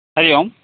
हरिः ओं